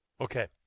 Okay